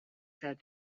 said